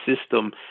system –